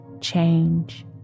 change